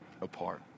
apart